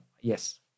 yes